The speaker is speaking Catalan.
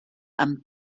amb